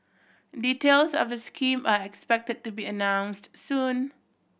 details of the scheme are expected to be announced soon